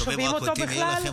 שומעים רק אותי מעיר לכם.